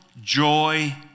joy